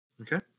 Okay